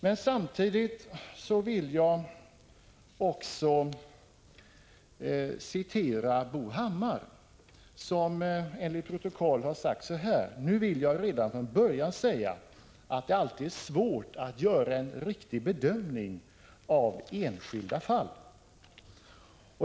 Men samtidigt vill jag citera Bo Hammar, som enligt protokollet har sagt så här: Nu vill jag redan från början säga att det alltid är svårt att göra en riktig bedömning av enskilda fall.